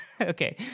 okay